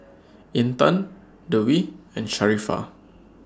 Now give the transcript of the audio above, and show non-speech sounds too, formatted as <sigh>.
<noise> Intan Dwi and Sharifah